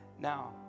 Now